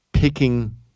picking